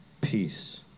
peace